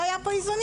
לא היו פה איזונים.